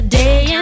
day